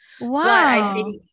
Wow